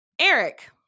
Eric